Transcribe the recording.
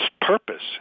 purpose